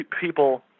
people